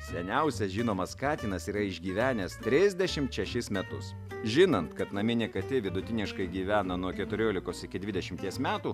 seniausias žinomas katinas yra išgyvenęs trisdešimt šešis metus žinant kad naminė katė vidutiniškai gyvena nuo keturiolikos iki dvidešimties metų